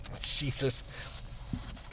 Jesus